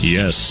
Yes